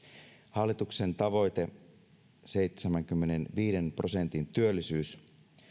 hallituksen tavoite seitsemänkymmenenviiden prosentin työllisyys